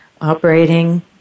operating